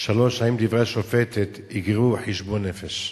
3. האם דברי השופטת יגררו חשבון נפש?